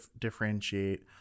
differentiate